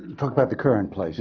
talk about the current play,